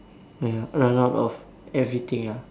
ya run out of everything ah